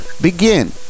begin